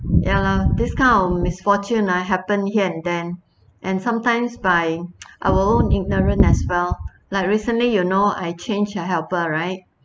ya lah this kind of misfortune uh happen here and there and sometimes by our own ignorance as well like recently you know I change a helper right